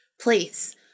place